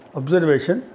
observation